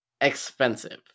expensive